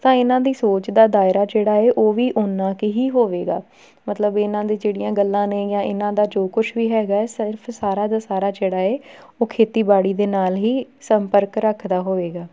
ਤਾਂ ਇਹਨਾਂ ਦੀ ਸੋਚ ਦਾ ਦਾਇਰਾ ਜਿਹੜਾ ਹੈ ਉਹ ਵੀ ਓਨਾ ਕੁ ਹੀ ਹੋਵੇਗਾ ਮਤਲਬ ਇਹਨਾਂ ਦੇ ਜਿਹੜੀਆਂ ਗੱਲਾਂ ਨੇ ਜਾਂ ਇਹਨਾਂ ਦਾ ਜੋ ਕੁਛ ਵੀ ਹੈਗਾ ਸਿਰਫ਼ ਸਾਰਾ ਦਾ ਸਾਰਾ ਜਿਹੜਾ ਹੈ ਉਹ ਖੇਤੀਬਾੜੀ ਦੇ ਨਾਲ ਹੀ ਸੰਪਰਕ ਰੱਖਦਾ ਹੋਵੇਗਾ